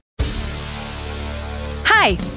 Hi